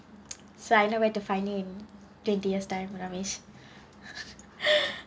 so I know where to find in twenty years time when I miss